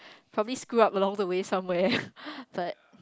probably screw up along the way somewhere but